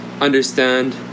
understand